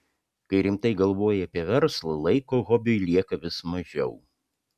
kai rimtai galvoji apie verslą laiko hobiui lieka vis mažiau